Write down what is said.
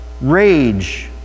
rage